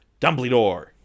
Dumbledore